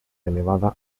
elevada